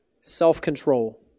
self-control